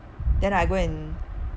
then I go and